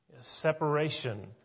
Separation